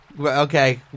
Okay